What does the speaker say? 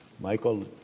Michael